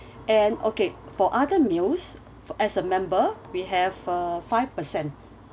and okay for other meals f~ as a member we have a five percent